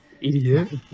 Idiot